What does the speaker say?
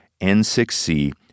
N6C